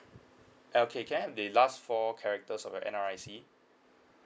okay can I have the last four characters of your N_R_I_C